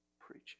preaching